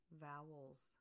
Vowels